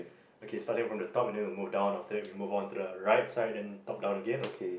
okay starting from the top then we'll move down then the right side then top down again ah